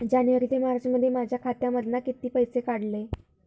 जानेवारी ते मार्चमध्ये माझ्या खात्यामधना किती पैसे काढलय?